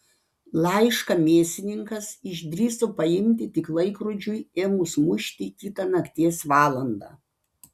laišką mėsininkas išdrįso paimti tik laikrodžiui ėmus mušti kitą nakties valandą